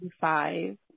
five